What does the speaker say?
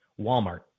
Walmart